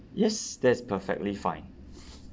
yes that's perfectly fine